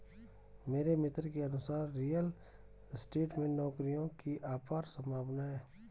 मेरे मित्र के अनुसार रियल स्टेट में नौकरियों की अपार संभावना है